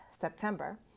September